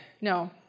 no